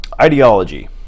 Ideology